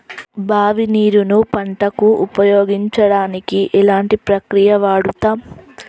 బావి నీరు ను పంట కు ఉపయోగించడానికి ఎలాంటి ప్రక్రియ వాడుతం?